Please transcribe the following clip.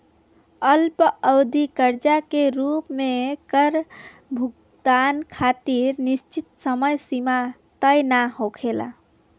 अल्पअवधि कर्जा के रूप में कर भुगतान खातिर निश्चित समय सीमा तय ना होखेला